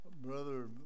Brother